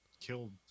killed